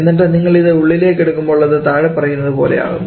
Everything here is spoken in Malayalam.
എന്നിട്ട് നിങ്ങൾ ഇത് ഉള്ളിലേക്ക് എടുക്കുമ്പോൾ അത് താഴെ പറയുന്നതുപോലെ ആകുന്നു